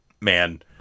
man